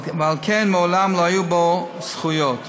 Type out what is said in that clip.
ועל כן מעולם לא היו בו זכויות.